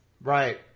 Right